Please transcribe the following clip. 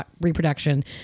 reproduction